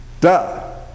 Duh